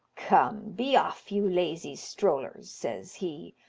come, be off, you lazy strollers! says he,